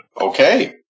Okay